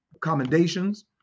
commendations